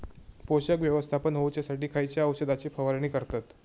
पोषक व्यवस्थापन होऊच्यासाठी खयच्या औषधाची फवारणी करतत?